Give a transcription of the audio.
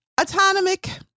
autonomic